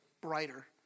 brighter